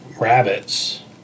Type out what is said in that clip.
rabbits